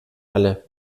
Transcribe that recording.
alle